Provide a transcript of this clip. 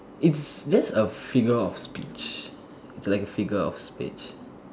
it's that's a figure of speech it's like a figure of speech